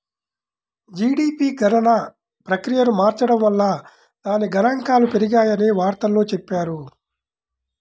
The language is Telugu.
జీడీపీ గణన ప్రక్రియను మార్చడం వల్ల దాని గణాంకాలు పెరిగాయని వార్తల్లో చెప్పారు